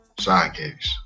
sidekicks